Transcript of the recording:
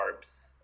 carbs